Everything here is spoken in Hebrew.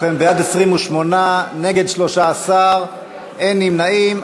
ובכן, 28 בעד, 13 נגד, אין נמנעים.